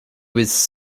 was